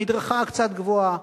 המדרכה הקצת-גבוהה,